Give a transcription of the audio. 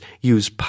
use